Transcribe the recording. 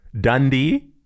Dundee